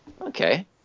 Okay